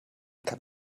kann